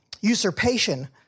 usurpation